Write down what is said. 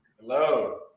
Hello